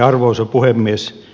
arvoisa puhemies